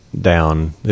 down